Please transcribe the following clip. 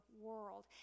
world